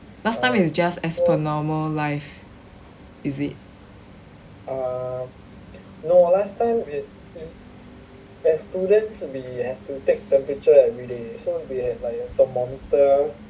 last time is just as per normal life is it